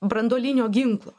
branduolinio ginklo